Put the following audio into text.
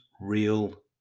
real